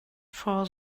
for